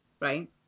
right